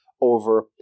over